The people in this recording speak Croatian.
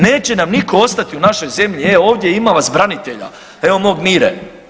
Neće nam nitko ostati u našoj zemlji, e ovdje ima vas branitelja evo mog Mire.